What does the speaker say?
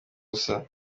busa